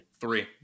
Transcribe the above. three